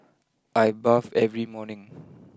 I bathe every morning